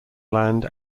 land